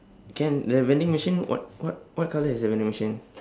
can the vending machine what what what colour is the vending machine